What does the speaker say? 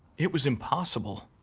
it was impossible.